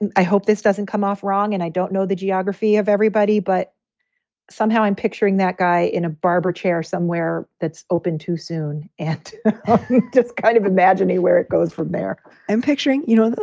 and i hope this doesn't come off wrong and i don't know the geography of everybody, but somehow i'm picturing that guy in a barber chair somewhere that's open too soon and kind of imagining where it goes from there i'm picturing, you know,